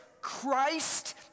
Christ